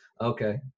okay